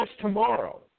tomorrow